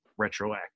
retroact